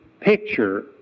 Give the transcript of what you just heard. Picture